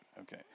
Okay